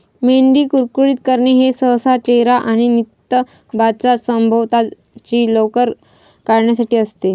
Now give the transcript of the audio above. मेंढी कुरकुरीत करणे हे सहसा चेहरा आणि नितंबांच्या सभोवतालची लोकर काढण्यासाठी असते